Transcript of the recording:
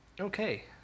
Okay